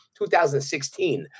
2016